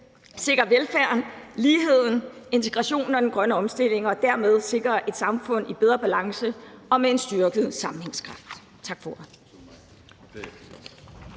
sikre velfærden, ligheden, integrationen og den grønne omstilling – og dermed sikre et samfund i bedre balance og med styrket sammenhængskraft.«